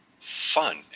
fun